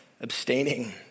abstaining